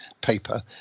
paper